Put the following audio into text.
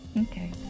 Okay